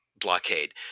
blockade